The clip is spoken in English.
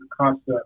concept